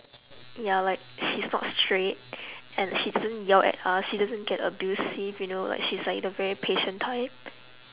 ya like she's not strict and she doesn't yell at us she doesn't get abusive you know like she's like the very patient type